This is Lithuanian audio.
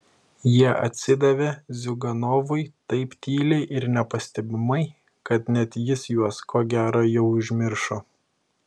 jie atsidavė ziuganovui taip tyliai ir nepastebimai kad net jis juos ko gero jau užmiršo